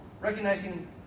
recognizing